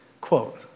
Quote